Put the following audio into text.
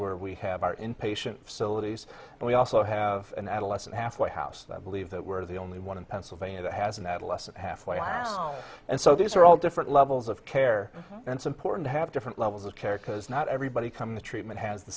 where we have our inpatient facilities and we also have an adolescent halfway house that i believe that we're the only one in pennsylvania that has an adolescent half way and so these are all different levels of care and support and have different levels of care because not everybody come the treatment has the